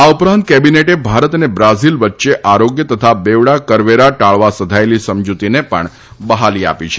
આ ઉપરાંત કેબિનેટે ભારત અને બ્રાઝિલ વચ્ચે આરોગ્ય તથા બેવડા કરવેરા ટાળવા સધાયેલી સમજુતીને પણ બહાલી આપી છે